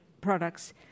products